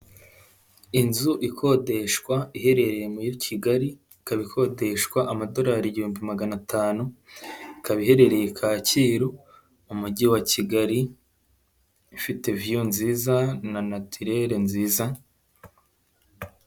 Inzu ikodeshwa iherereye muri Kigali, ikaba ikodeshwa amadorari igihumbi magana atanu, ikaba iherereye Kacyiru mu mujyi wa Kigali, ifite viyu nziza na naturere nziza.